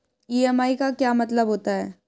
EMI का क्या मतलब होता है?